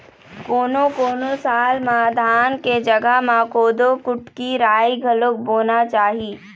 कोनों कोनों साल म धान के जघा म कोदो, कुटकी, राई घलोक बोना चाही